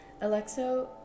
Alexo